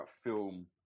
film